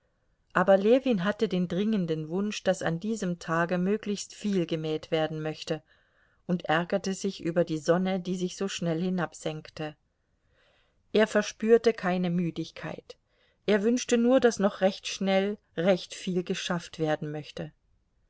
aber ljewin hatte den dringenden wunsch daß an diesem tage möglichst viel gemäht werden möchte und ärgerte sich über die sonne die sich so schnell hinabsenkte er verspürte keine müdigkeit er wünschte nur daß noch recht schnell recht viel geschafft werden möchte